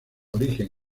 origen